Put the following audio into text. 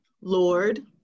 lord